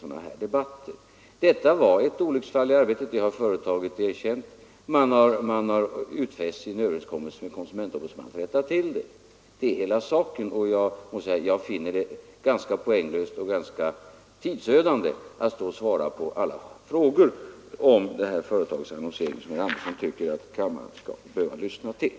Företaget har erkänt att detta var ett olycksfall i arbetet och har i en överenskommelse med konsumentombudsmannen utfäst sig att rätta till det. Det är hela saken. Jag finner det poänglöst och dessutom ganska tidsödande att svara på alla frågor om det här företagets annonsering som herr Andersson tycker att kammaren skall behöva lyssna till.